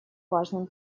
важным